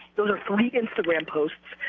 those are free instagram posts.